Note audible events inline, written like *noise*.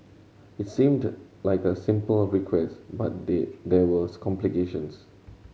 it seemed like a simple request but *unintelligible* there was complications